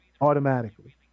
automatically